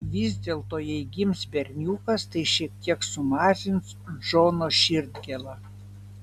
vis dėlto jei gims berniukas tai šiek tiek sumažins džono širdgėlą